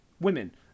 women